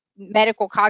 medical